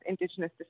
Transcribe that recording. Indigenous